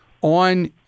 on